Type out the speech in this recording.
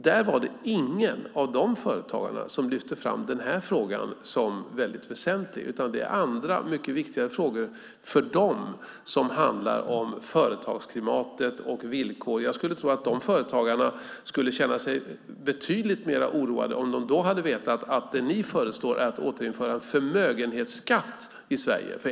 Det var ingen av de företagarna som lyfte fram den här frågan som väldigt väsentlig, utan det var andra för dem mycket viktigare frågor som handlar om företagsklimatet och deras villkor. Jag skulle tro att de företagarna skulle ha känt sig betydligt mer oroade om de då hade vetat att det ni föreslår är att återinföra en förmögenhetsskatt i Sverige.